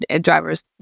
drivers